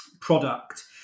product